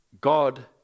God